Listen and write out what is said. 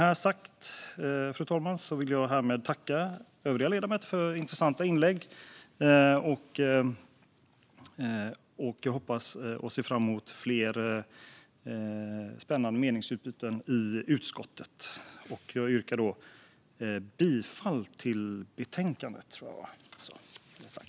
Fru talman! Jag tackar övriga ledamöter för intressanta inlägg och ser fram emot fler spännande meningsutbyten i utskottet. Jag yrkar bifall till utskottets förslag.